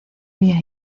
via